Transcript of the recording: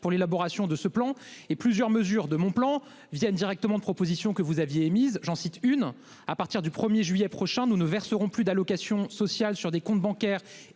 pour l'élaboration de ce plan et plusieurs mesures de mon plan viennent directement de propositions que vous aviez émises j'en cite une à partir du 1er juillet prochain. Nous ne verserons plus d'allocations sociales sur des comptes bancaires